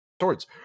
swords